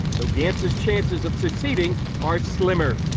so gantz is chances of succeeding are slimmer.